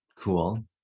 Cool